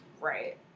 right